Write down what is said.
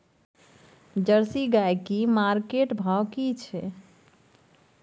Jersey गाय की market भाव की छै?